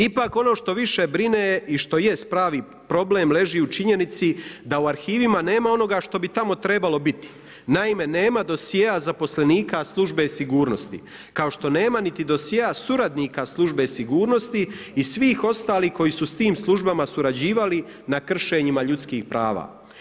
Ipak ono što više brine i što jest pravi problem leži u činjenici da u arhivima nema onoga što bi tamo trebalo biti, naime nema dosjea zaposlenika službe sigurnosti kao što nema niti dosjea suradnika službe sigurnosti i svih ostalih koji su s tim službama surađivali na kršenjima ljudskih prava.